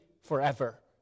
forever